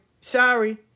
Sorry